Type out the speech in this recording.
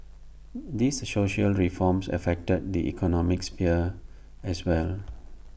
these social reforms affect the economic sphere as well